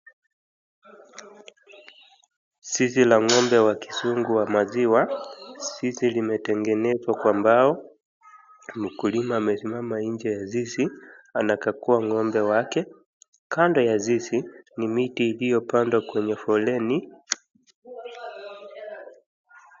Zizi la ngombe wa kizungu wa maziwa. Zizi limetengenezwa kwa bao. Mkulima amesimama nje ya zizi, anakagua ngombe wake. Kando ya zizi ni miti iliyopandwa kwenye foleni.